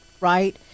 right